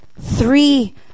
Three